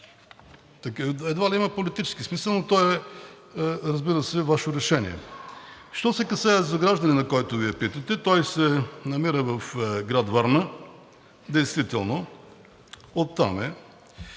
едва ли има политически смисъл, но то е, разбира се, Ваше решение. Що се касае за гражданина, за който Вие питате – той се намира в град Варна действително, оттам е.